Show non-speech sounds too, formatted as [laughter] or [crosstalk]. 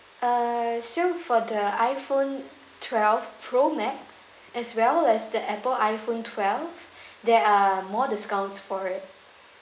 uh so for the iPhone twelve pro max as well as the Apple iPhone twelve [breath] there are more discounts for it